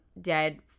dead